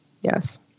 yes